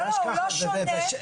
לא שונה.